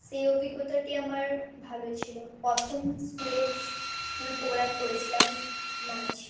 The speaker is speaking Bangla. সেই অভিজ্ঞতাটি আমার ভালোই ছিল প্রথম স্কুলে স্কুল প্রোগ্রাম করেছিলাম নাচ